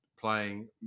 playing